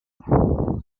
park